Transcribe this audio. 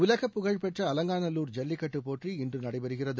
உலகப்புகழ் பெற்ற அலங்காநல்லூர் ஐல்லிக்கட்டுப்போட்டி இன்று நடைபெறுகிறது